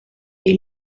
est